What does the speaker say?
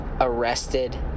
arrested